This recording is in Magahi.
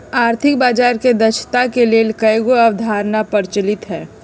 आर्थिक बजार के दक्षता के लेल कयगो अवधारणा प्रचलित हइ